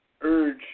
urge